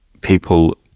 people